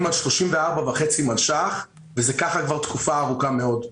על 34.5 מיליון שקלים וכך זה כבר תקופה ארוכה מאוד.